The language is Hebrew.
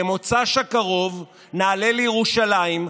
במוצ"ש הקרוב נעלה לירושלים,